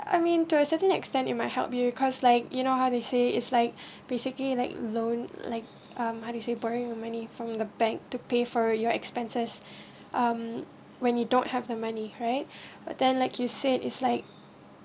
I mean to a certain extent it might help you cause like you know how to say is like basically like loan like um how to say borrow the money from the bank to pay for your expenses um when you don't have the money right but then like you said it's like